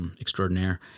extraordinaire